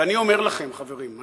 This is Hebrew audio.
ואני אומר לכם, חברים,